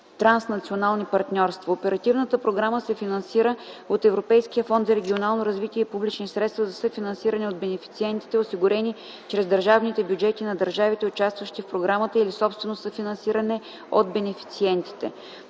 транснационални партньорства. Оперативната програмата се финансира от Европейския фонд за регионално развитие и публични средства за съфинансиране от бенефициентите, осигурени чрез държавните бюджети на държавите, участващи в програмата, или собствено съфинансиране от бенефициентите.